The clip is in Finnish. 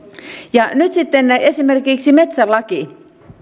nyt sitten esimerkiksi metsälaki